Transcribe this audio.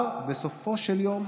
בסופו של יום,